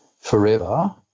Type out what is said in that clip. forever